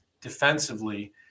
Defensively